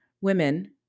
women